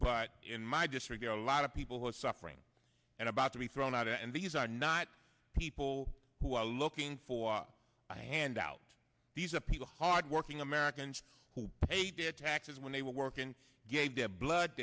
but in my district a lot of people who are suffering and about to be thrown out and these are not people who are looking for a handout these are people hardworking americans who pay their taxes when they were working gave their blood